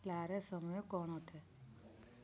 ଲାରେ ସମୟ କ'ଣ ଅଟେ